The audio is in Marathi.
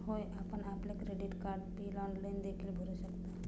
होय, आपण आपले क्रेडिट कार्ड बिल ऑनलाइन देखील भरू शकता